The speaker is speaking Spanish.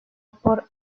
por